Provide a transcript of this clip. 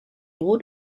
rot